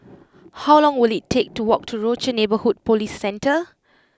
how long will it take to walk to Rochor Neighborhood Police Centre